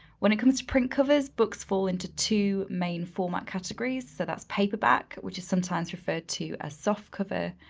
when it come to print covers, books fall into two main format categories so that's paperback, which is sometimes referred to as ah soft cover,